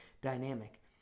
dynamic